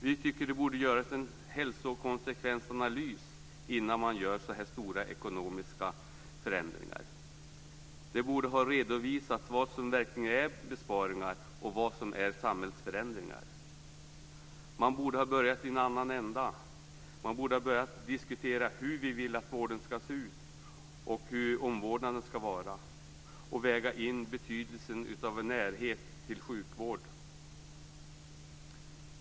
Vi tycker att det borde göras en hälsokonsekvensanalys innan man gör så här stora ekonomiska förändringar. Det borde ha redovisats vad som verkligen är besparingar och vad som är samhällsförändringar. Man borde ha börjat i en annan ända. Man borde ha börjat diskutera hur vi vill att vården och omvårdnaden skall se ut och väga in betydelsen av att ha närhet till sjukhusvård.